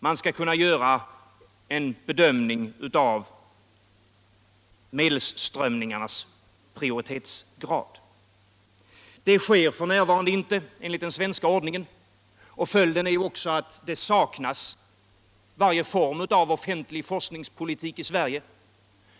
Man skall kunna göra en bedömning av medelsströmningarnas prioritetsgrad. Det sker f. n. inte enligt den svenska ordningen. Följden är också att det saknas varje form av offentlig forskningspolitik i Sverige.